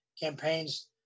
campaigns